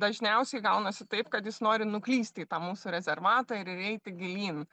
dažniausiai gaunasi taip kad jis nori nuklysti į tą mūsų rezervatą ir įeiti gilyn